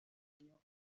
diseño